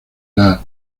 las